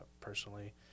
personally